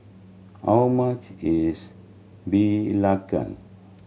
how much is belacan